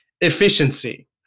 efficiency